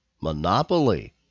Monopoly